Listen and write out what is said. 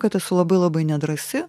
kad esu labai labai nedrąsi